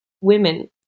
women